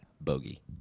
bogey